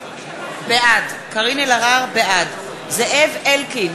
בעד זאב אלקין,